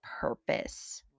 purpose